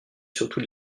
surtout